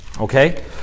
okay